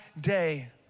day